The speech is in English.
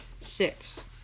six